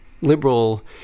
liberal